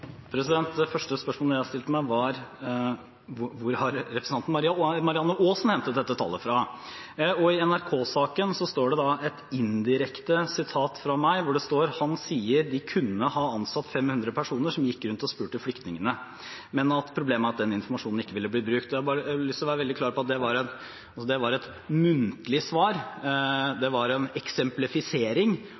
fra? I NRK-saken er det et indirekte sitat fra meg, hvor det står: «Han sier de kunne ha ansatt 500 personer som gikk rundt og spurte flyktningene, men at problemet er at den informasjonen ikke ville blitt brukt.» Jeg har lyst til å være veldig klar på at det var et muntlig svar. Det var en eksemplifisering. Det var ikke basert på en redegjørelse eller en detaljert utregning. Dette var et muntlig svar, en eksemplifisering, og jeg sa heller ikke at en